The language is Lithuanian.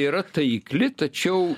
yra taikli tačiau